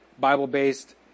Bible-based